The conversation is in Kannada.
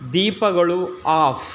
ದೀಪಗಳು ಆಫ್